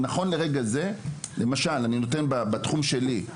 נכון לרגע זה, בתחום שלי,